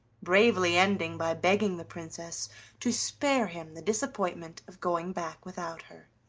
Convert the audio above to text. bravely ending by begging the princess to spare him the disappointment of going back without her.